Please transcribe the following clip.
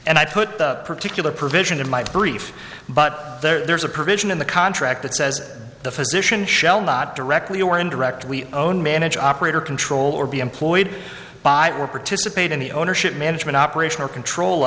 and i put the particular provision in my brief but there's a provision in the contract that says that the physician shall not directly or indirectly own manager operator control or be employed by or participate in the ownership management operational control